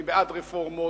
אני בעד רפורמות,